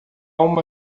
uma